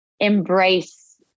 embrace